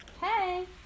Hey